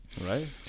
Right